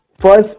first